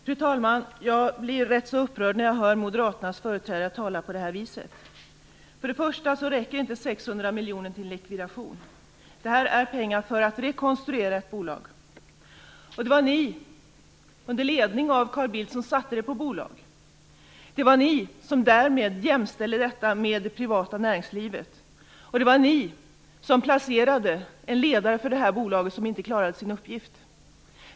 Fru talman! Jag blir rätt så upprörd när jag hör Moderaternas företrädare tala på det här viset. Först och främst räcker inte 600 miljoner kronor till en likvidation. Det här är pengar för att rekonstruera ett bolag. Det var ni, under ledning av Carl Bildt, som satte det på bolag. Det var ni som därmed jämställde detta med det privata näringslivet. Det var ni som placerade en ledare för det här bolaget som inte klarade sin uppgift.